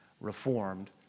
reformed